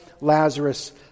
Lazarus